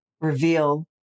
reveal